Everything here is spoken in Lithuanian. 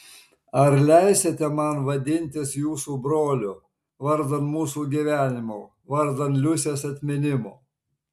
ar leisite man vadintis jūsų broliu vardan mūsų gyvenimo vardan liusės atminimo